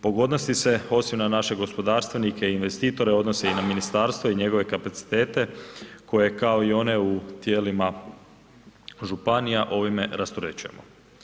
Pogodnosti se osim na naše gospodarstvenike i investitore odnose i na ministarstvo i njegove kapacitete koje kao i one u tijelima županija ovime rasterećujemo.